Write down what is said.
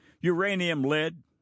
Uranium-lead